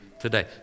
today